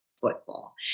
football